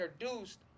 introduced